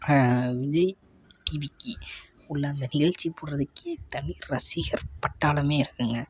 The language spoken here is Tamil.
விஜய் டிவிக்கு உள்ள அந்த நிகழ்ச்சி போடுகிறதுக்கே தனி ரசிகர் பட்டாளமே இருக்குதுங்க